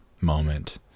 moment